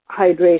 hydration